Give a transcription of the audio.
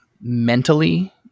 mentally